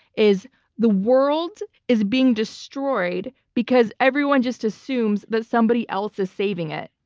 is the world is being destroyed because everyone just assumes that somebody else is saving it.